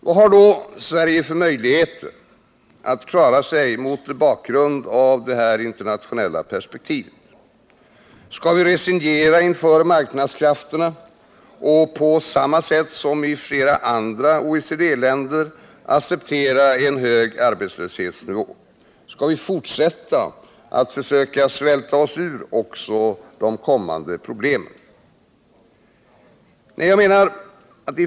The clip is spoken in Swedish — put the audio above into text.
Vad har då Sverige för möjligheter att klara sig mot bakgrund av detta internationella perspektiv? Skall vi resignera inför marknadskrafterna och på samma sätt som i flera andra OECD-länder acceptera en hög arbetslöshetsnivå? Skall vi fortsätta att försöka svälta oss ur också kommande Nej!